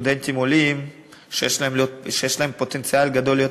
סטודנטים עולים שיש להם פוטנציאל גדול להיות